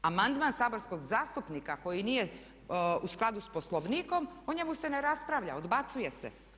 Amandman saborskog zastupnika koji nije u skladu sa Poslovnikom o njemu se ne raspravlja, odbacuje se.